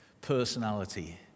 personality